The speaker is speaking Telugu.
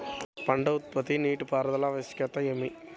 పంట ఉత్పత్తికి నీటిపారుదల ఆవశ్యకత ఏమి?